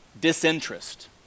disinterest